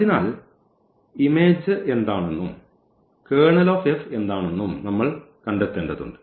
അതിനാൽ ഇമേജ് എന്താണെന്നും എന്താണെന്നും നമ്മൾ കണ്ടെത്തേണ്ടതുണ്ട്